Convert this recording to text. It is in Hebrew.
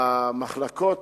במחלקות